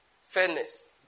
Fairness